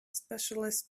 specialized